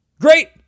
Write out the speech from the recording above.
Great